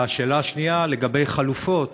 והשאלה השנייה היא לגבי חלופות: